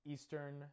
Eastern